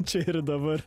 čia ir dabar